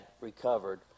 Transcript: recovered